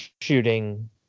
shooting